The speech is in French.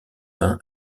fin